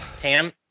tam